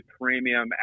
premium